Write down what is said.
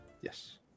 Yes